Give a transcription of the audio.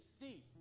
see